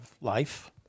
life